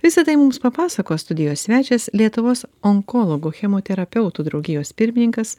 visa tai mums papasakos studijos svečias lietuvos onkologų chemoterapeutų draugijos pirmininkas